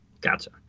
gotcha